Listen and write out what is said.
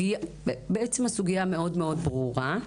שבעצם הסוגיה מאוד מאוד ברורה.